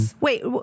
Wait